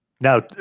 Now